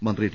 മന്ത്രി ടി